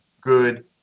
good